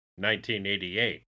1988